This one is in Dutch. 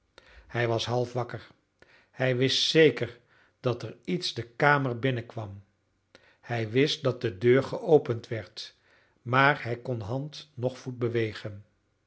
hij was half wakker hij wist zeker dat er iets de kamer binnenkwam hij wist dat de deur geopend werd maar hij kon hand noch